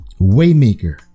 Waymaker